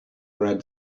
red